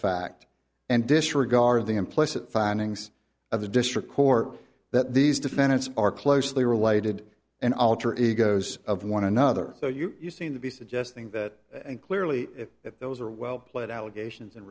fact and disregard the implicit findings of the district court that these defendants are closely related and alter egos of one another so you seem to be suggesting that and clearly that those are well played allegations in